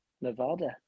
Nevada